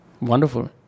Wonderful